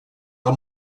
del